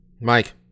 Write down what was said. Mike